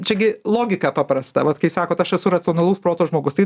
čia gi logika paprasta vat kai sakot aš esu racionalus proto žmogus tai